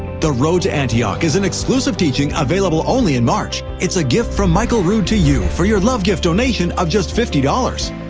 the road to antioch is an exclusive teaching available only in march. it's a gift from michael rood to you for your love gift donation of just fifty dollars.